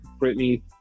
Britney